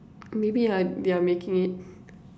maybe ah they're making it